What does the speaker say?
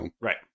Right